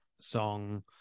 song